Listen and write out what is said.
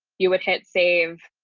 you would hit save.